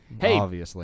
Hey